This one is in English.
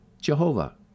Jehovah